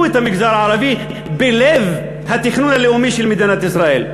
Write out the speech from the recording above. את המגזר הערבי בלב התכנון הלאומי של מדינת ישראל,